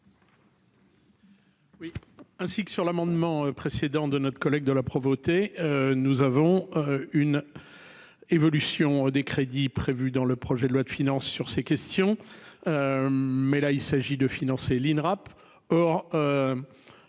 ainsi que sur l'amendement précédent de notre collègue de la Provoté, nous avons une évolution des crédits prévus dans le projet de loi de finances sur ces questions, mais là il s'agit de financer l'Inrap,